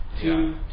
two